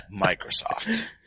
Microsoft